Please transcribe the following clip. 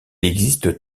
existe